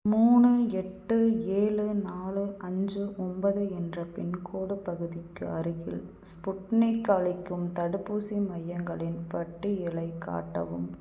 மூணு எட்டு ஏழு நாலு அஞ்சு ஒன்பது என்ற பின்கோடு பகுதிக்கு அருகில் ஸ்புட்னிக் அளிக்கும் தடுப்பூசி மையங்களின் பட்டியலைக் காட்டவும்